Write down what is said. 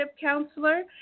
counselor